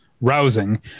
rousing